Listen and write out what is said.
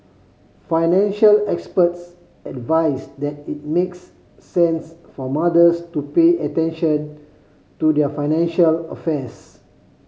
financial experts advise that it makes sense for mothers to pay attention to their financial affairs